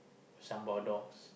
sambal hotdogs